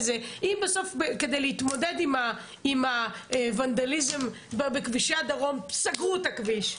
אם בסוף כדי להתמודד עם הוונדליזם בכבישי הדרום סגרו את הכביש,